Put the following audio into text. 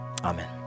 Amen